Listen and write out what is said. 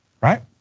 right